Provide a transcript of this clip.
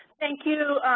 thank you,